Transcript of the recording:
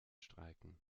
streiken